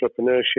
entrepreneurship